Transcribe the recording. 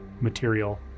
material